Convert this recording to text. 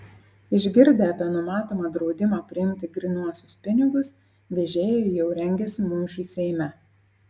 išgirdę apie numatomą draudimą priimti grynuosius pinigus vežėjai jau rengiasi mūšiui seime